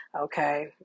Okay